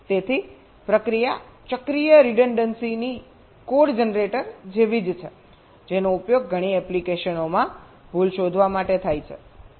તેથી પ્રક્રિયા ચક્રીય રીડન્ડન્સી કોડ જનરેટર જેવી જ છે જેનો ઉપયોગ ઘણી એપ્લિકેશનોમાં ભૂલ શોધવા માટે થાય છે